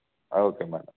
okay madam